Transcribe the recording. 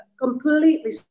completely